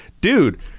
dude